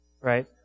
right